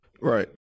Right